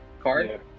card